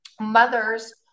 mothers